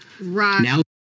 Right